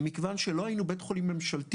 ומכיוון שלא היינו בית חולים ממשלתי